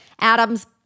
Adams